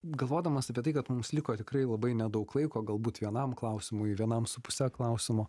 galvodamas apie tai kad mums liko tikrai labai nedaug laiko galbūt vienam klausimui vienam su puse klausimo